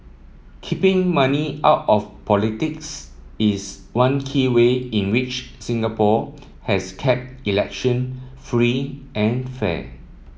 keeping money out of politics is one key way in which Singapore has kept elections free and fair